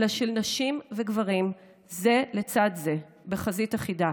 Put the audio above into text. אלא של נשים וגברים זה לצד זה בחזית אחידה.